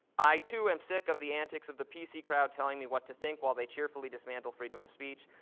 i too am sick of the antics of the p c. crowd telling me what to think while they cheerfully dismantle freedom of speech.